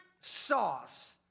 sauce